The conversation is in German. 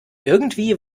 irgendwie